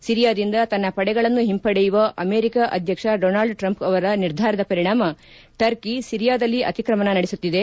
ಸಿರಿಯಾದಿಂದ ತನ್ನ ಪಡೆಗಳನ್ನು ಹಿಂಪಡೆಯುವ ಅಮೆರಿಕ ಅಧ್ಯಕ್ಷ ಡೊನಾಲ್ಟ್ ಟ್ರಂಪ್ ಅವರ ನಿರ್ಧಾರದ ಪರಿಣಾಮ ಟರ್ಕಿ ಸಿರಿಯಾದಲ್ಲಿ ಅತ್ರಿಮಣ ನಡೆಸುತ್ತಿದೆ